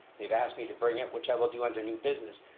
they've asked me to bring it, which i will do under new business,